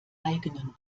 eigenen